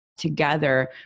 together